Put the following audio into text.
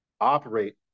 operate